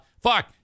Fuck